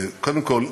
קודם כול,